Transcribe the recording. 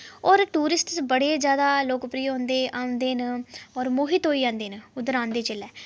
और टूरिस्ट बड़े जैदा लोकप्रिय होंदे औंदे न और मोहित होई जंदे न उद्धर औंदे जेल्लै